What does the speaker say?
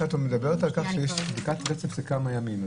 כשאת מדברת על כך שיש בדיקת רצף של כמה ימים.